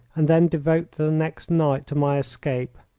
and then devote the next night to my escape.